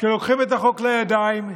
שלוקחים את החוק לידיים,